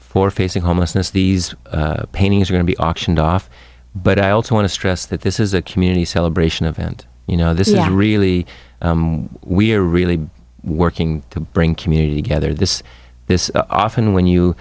for facing homelessness these paintings are going to be auctioned off but i also want to stress that this is a community celebration of and you know this is really what we're really working to bring community together this this often when